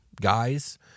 guys